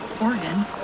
Oregon